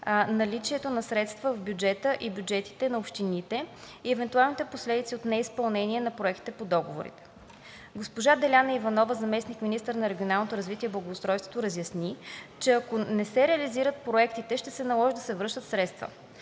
наличието на средства в бюджета и бюджетите на общините и евентуалните последици от неизпълнение на проектите по договорите. Госпожа Деляна Иванова – заместник-министър на регионалното развитие и благоустройството, разясни, че ако не се реализират проектите, ще се наложи да се връщат средства.